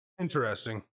Interesting